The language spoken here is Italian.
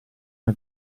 una